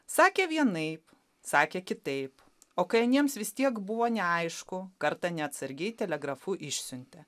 sakė vienaip sakė kitaip o kai aniems vis tiek buvo neaišku kartą neatsargiai telegrafu išsiuntė